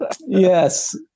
Yes